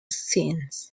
scenes